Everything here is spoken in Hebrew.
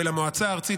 ולמועצה הארצית,